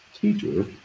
teacher